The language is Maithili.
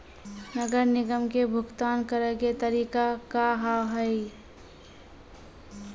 नगर निगम के भुगतान करे के तरीका का हाव हाई?